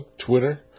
Twitter